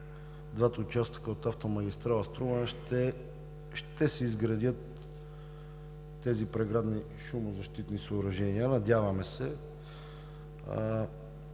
двата участъка от автомагистрала „Струма“ ще се изградят тези преградни шумозащитни съоръжения – надяваме се.